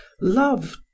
Love